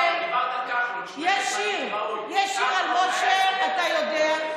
יש שיר על "משה, אתה יודע".